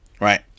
Right